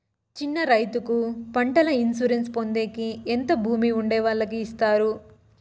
చిన్న రైతుకు పంటల ఇన్సూరెన్సు పొందేకి ఎంత భూమి ఉండే వాళ్ళకి ఇస్తారు?